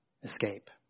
Escape